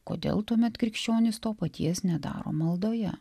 kodėl tuomet krikščionys to paties nedaro maldoje